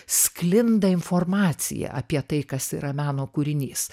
sklinda informacija apie tai kas yra meno kūrinys